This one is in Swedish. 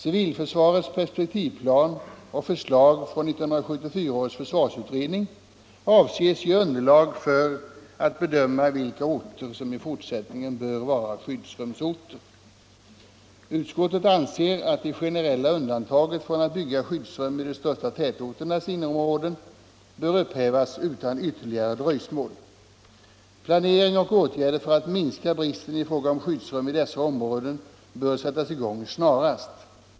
Civilförsvarets perspektivplan och förslag från 1974 års försvarsutredning avses ge underlag för att bedöma vilka orter som i fortsättningen bör vara skyddsrumsorter. Utskottet anser att det generella undantaget från att bygga skyddsrum i de största tätorternas innerområden bör upphävas utan ytterligare dröjsmål. Planering och åtgärder för att minska bristen i fråga om skyddsrum i dessa områden bör sättas i gång snarast.